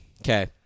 Okay